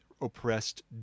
oppressed